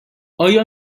آیا